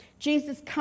Jesus